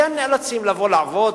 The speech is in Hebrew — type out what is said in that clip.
כן נאלצים לבוא לעבוד,